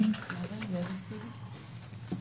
דעתי לא קלה בזה,